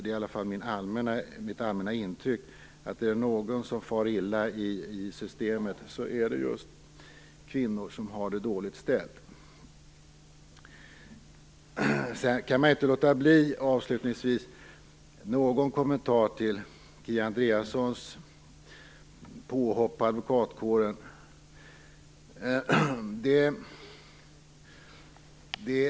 Mitt allmänna intryck är i alla fall att är det någon som far illa i systemet är det just kvinnor som har det dåligt ställt. Avslutningsvis kan man ju inte låta bli att komma med någon kommentar till Kia Andreassons påhopp på advokatkåren.